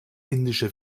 indische